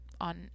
on